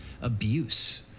abuse